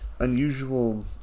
Unusual